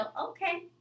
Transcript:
okay